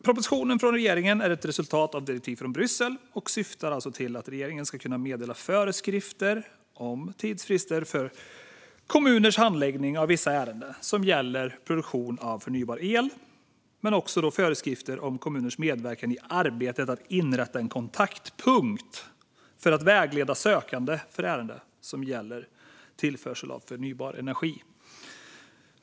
Propositionen från regeringen är ett resultat av ett direktiv från Bryssel och syftar till att regeringen ska kunna meddela föreskrifter om tidsfrister för kommuners handläggning av vissa ärenden som gäller produktion av förnybar el men också föreskrifter om kommuners medverkan i arbetet med att inrätta en kontaktpunkt för att vägleda sökande för ärenden som gäller tillförsel av förnybar energi.